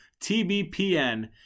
TBPN